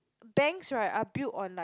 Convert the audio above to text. banks right are built on like